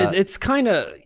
it's kinda,